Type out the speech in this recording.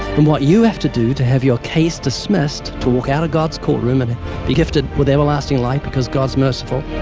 and what you have to do to have your case dismissed, to walk out of god's courtroom and be gifted with everlasting life because god's merciful,